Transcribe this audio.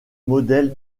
modèle